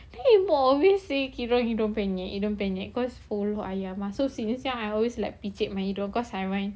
then ibu always say hidung hidung penyek cause follow ayah mah so serious I always like picit my hidung cause I want